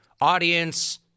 audience